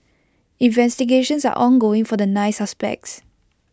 investigations are ongoing for the nine suspects